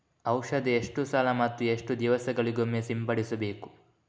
ಔಷಧ ಎಷ್ಟು ಸಲ ಮತ್ತು ಎಷ್ಟು ದಿವಸಗಳಿಗೊಮ್ಮೆ ಸಿಂಪಡಿಸಬೇಕು?